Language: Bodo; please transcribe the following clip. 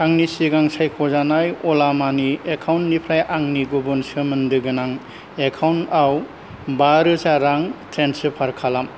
आंनि सिगां सायख'जानाय अला मानि एकाउन्टनिफ्राय आंनि गुबुन सोमोन्नोदो गोनां एकाउन्टाव बा रोजा रां ट्रेन्सफार खालाम